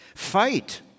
fight